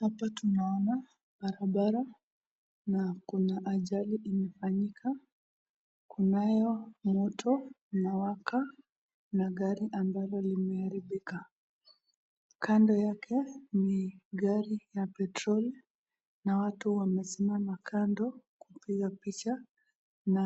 Hapa tunaona barabara na kuna ajali imefanyika. Kunayo moto inawaka na gari ambalo limeharibika, kando yake ni gari ya petroli na watu wamesimama kando kupiga picha na